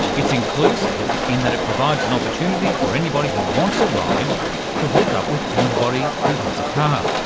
it's inclusive in that it provides an opportunity for anybody who wants a ride to hook up with anybody who has a car.